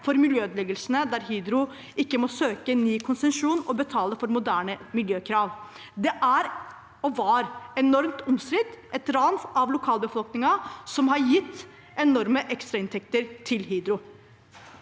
for miljøødeleggelsene der og Hydro ikke måtte søke ny konsesjon og betale for moderne miljøkrav. Det er og var enormt omstridt – et ran av lokalbefolkningen som har gitt enorme ekstrainntekter til Hydro.